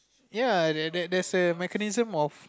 ya and there there's mechanism of